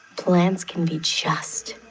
plants can be just.